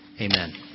Amen